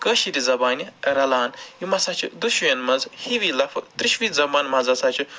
کٲشِر زَبانہِ رَلان یِم ہسا چھِ دۄشؤیَن منٛز ہِوی لَفظ ترٛیشؤنہِ زَبانہِ منٛز ہسا چھِ